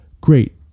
great